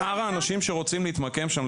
לשאר האנשים שרוצים להתמקם שם,